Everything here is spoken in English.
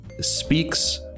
speaks